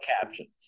captions